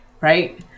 right